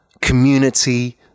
community